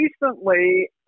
recently